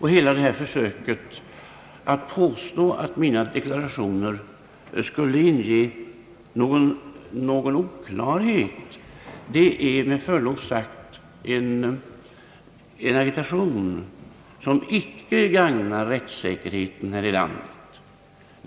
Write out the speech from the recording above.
Hela försöket att påstå att mina deklarationer skulle inge någon oklarhet är med förlov sagt en agitation som icke gagnar rättssäkerheten här i landet.